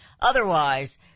Otherwise